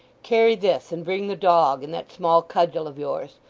carry this, and bring the dog, and that small cudgel of yours.